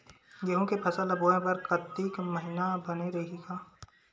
गेहूं के फसल ल बोय बर कातिक महिना बने रहि का?